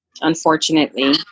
unfortunately